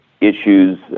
issues